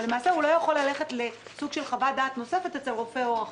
אבל למעשה הוא לא יכול לסוג של חוות דעת נוספת אצל רופא עור אחר.